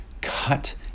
Cut